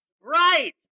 Right